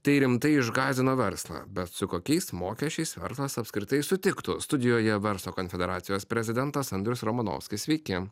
tai rimtai išgąsdino verslą bet su kokiais mokesčiais verslas apskritai sutiktų studijoje verslo konfederacijos prezidentas andrius romanovskis sveiki